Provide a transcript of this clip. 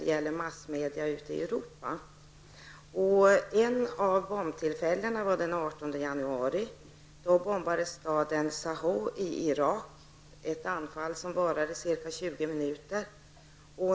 Den 18 januari var ett av bombtillfällena. Då bombades staden Zaho i Irak. Anfallet varade ca 20 minuter.